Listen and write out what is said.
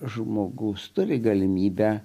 žmogus turi galimybę